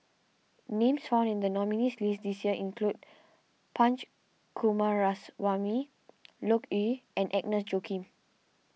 names found in the nominees' list this year include Punch Coomaraswamy Loke Yew and Agnes Joaquim